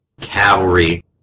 cavalry